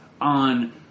on